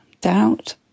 doubt